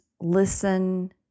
listen